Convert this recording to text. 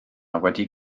wedi